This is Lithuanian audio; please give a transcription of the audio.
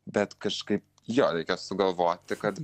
bet kažkaip jo reikia sugalvoti kad